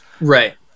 Right